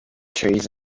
trees